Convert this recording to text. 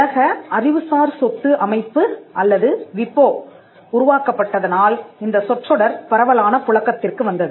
உலக அறிவுசார் சொத்து அமைப்பு அல்லது WIPO உருவாக்கப்பட்டதனால் இந்த சொற்றொடர் பரவலான புழக்கத்திற்கு வந்தது